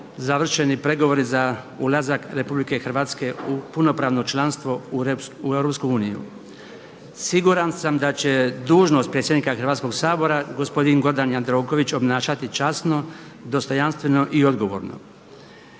pregovori za ulazak RH u punopravno članstvo EU. Siguran sam da će dužnost predsjednika Hrvatskoga sabora gospodin Gordan Jandroković obnašati časno, dostojanstveno i odgovorno.